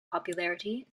popularity